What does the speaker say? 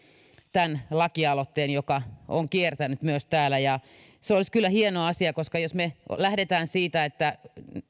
tämän lakialoitteen joka on kiertänyt täällä se olisi kyllä hieno asia koska jos me lähdemme siitä että